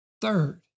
Third